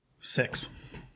Six